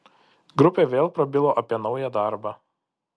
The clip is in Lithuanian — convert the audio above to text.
grupė vėl prabilo apie naują darbą